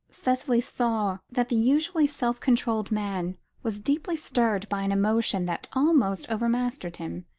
cicely saw that the usually self-controlled man was deeply stirred by an emotion that almost overmastered him,